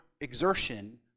exertion